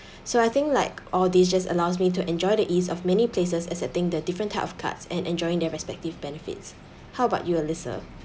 so I think like all this just allows me to enjoy the ease of many places accepting the different type of cards and enjoying their respective benefits how about you alyssa